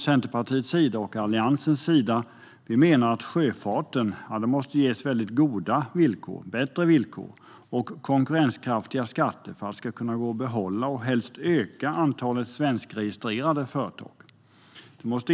Centerpartiet och Alliansen menar att sjöfarten måste ges bättre villkor och konkurrenskraftiga skatter för att det ska gå att behålla, och helst öka, antalet svenskregistrerade fartyg.